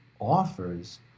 offers